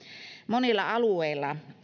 monilla alueilla